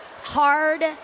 hard